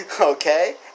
okay